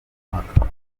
nkemurampaka